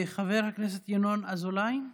חבר הכנסת ינון אזולאי.